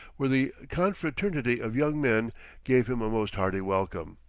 where the confraternity of young men gave him a most hearty welcome.